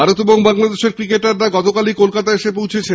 ভারত ও বাংলাদেশের ক্রিকেটাররা গতকালই কলকাতা এসে পৌঁছেছেন